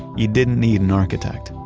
you didn't need an architect,